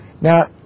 Now